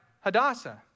Hadassah